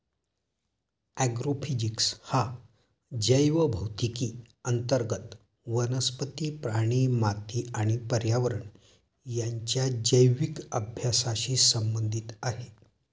agrophysics हा जैवभौतिकी अंतर्गत वनस्पती, प्राणी, माती आणि पर्यावरण यांच्या जैविक अभ्यासाशी संबंधित आहे